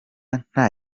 nta